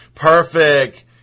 Perfect